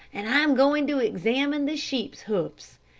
and i am going to examine the sheeps' hoofs.